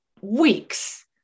weeks